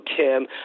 Tim